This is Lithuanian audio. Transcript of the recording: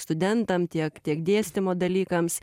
studentam tiek tiek dėstymo dalykams